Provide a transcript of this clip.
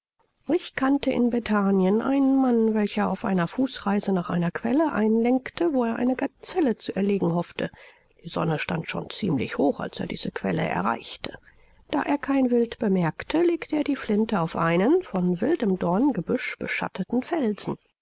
ich kannte in bethanien einen mann welcher auf einer fußreise nach einer quelle einlenkte wo er eine gazelle zu erlegen hoffte die sonne stand schon ziemlich hoch als er diese quelle erreichte da er kein wild bemerkte legte er die flinte auf einen von wildem dorngebüsch beschatteten felsen